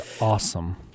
awesome